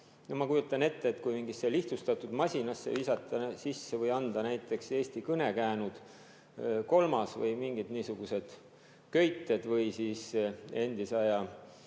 Ma kujutan ette, et kui mingisse lihtsustatud masinasse visata sisse või anda näiteks "Eesti kõnekäänud III" või mingid muud niisugused köited või endisaja